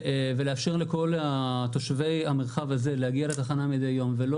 ולאפשר לכל תושבי המרחב הזה להגיע לתחנה מדי יום ולא